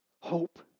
Hope